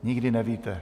Nikdy nevíte.